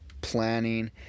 planning